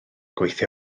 gweithio